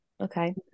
okay